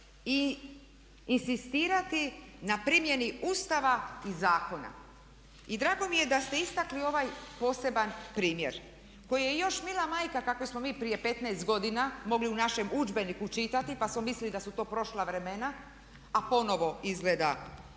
i inzistirati na primjeni Ustava i zakona. I drago mi je da ste istakli ovaj poseban primjer koji je još mila majka kakve smo mi prije 15 godina mogli u našem udžbeniku čitati pa smo mislili da su to prošla vremena a ponovo izgleda